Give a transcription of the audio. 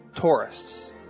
tourists